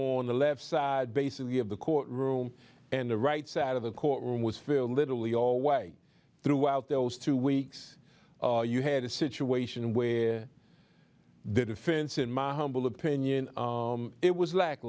on the left side basically of the court room and the right side of the courtroom was filled literally all way throughout those two weeks you had a situation where the defense in my humble opinion it was